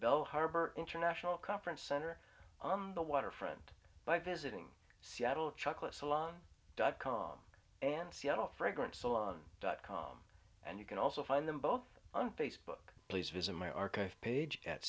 belle harbor international conference center on the waterfront by visiting seattle chocolate salon dot com and seattle fragrance salon dot com and you can also find them both on facebook please visit my archive page at